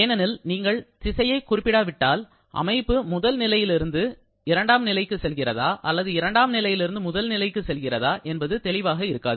ஏனெனில் நீங்கள் திசையை குறிப்பிடாவிட்டால் அமைப்பு முதல் நிலையிலிருந்து இரண்டாம் நிலைக்கு செல்கிறதா அல்லது இரண்டாம் நிலையிலிருந்து முதல் நிலைக்கு செல்கிறதா என்பது தெளிவாக இருக்காது